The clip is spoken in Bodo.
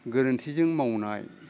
गोरोन्थिजों मावनाय